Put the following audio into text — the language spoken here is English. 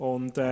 Und